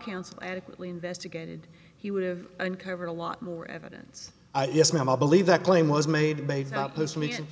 counsel adequately investigated he would uncover a lot more evidence yes ma'am i believe that claim was made by a person we can